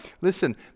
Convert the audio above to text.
Listen